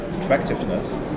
attractiveness